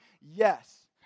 yes